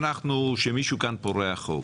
שמישהו כאן פורע חוק,